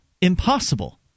impossible